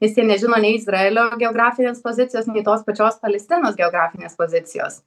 nes jie nežino nei izraelio geografinės pozicijos nei tos pačios palestinos geografinės pozicijos